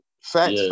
facts